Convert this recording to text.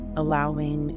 allowing